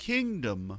Kingdom